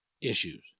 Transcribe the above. issues